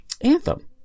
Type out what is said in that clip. Anthem